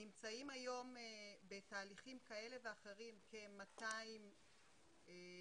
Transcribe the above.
נמצאים היום בתהליכים כאלה ואחרים כ-200 חיילים